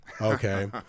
Okay